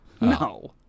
no